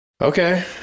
Okay